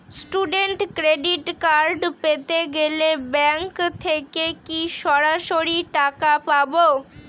Student credit card পেতে গেলে bank থেকে কি সরাসরি টাকা পাবো?